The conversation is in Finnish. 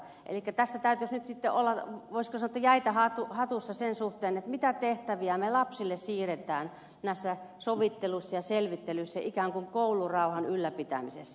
elikkä tässä täytyisi nyt sitten olla voisiko sanoa jäitä hatussa sen suhteen mitä tehtäviä me lapsille siirrämme näissä sovitteluissa ja selvittelyissä ikään kuin koulurauhan ylläpitämisessä